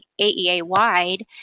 AEA-wide